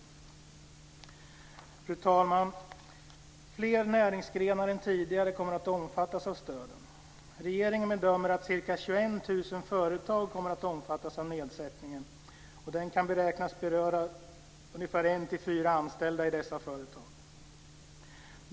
Fru talman! Fler näringsgrenar än tidigare kommer att omfattas av stöden. Regeringen bedömer att ca 21 000 företag kommer att omfattas av nedsättningen, och den kan beräknas beröra 1-4 anställda i dessa företag.